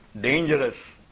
dangerous